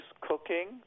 cooking